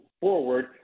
forward